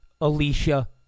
Alicia